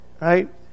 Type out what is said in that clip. Right